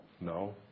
No